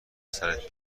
سرت